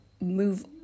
move